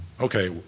Okay